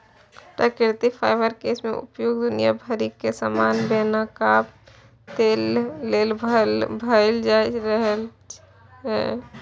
प्राकृतिक फाईबर केर उपयोग दुनिया भरि मे समान बनाबे लेल भए रहल छै